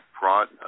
brought